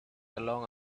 along